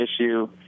issue